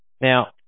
Now